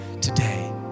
today